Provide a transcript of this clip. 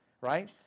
Right